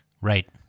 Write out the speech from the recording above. Right